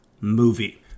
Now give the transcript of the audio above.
movie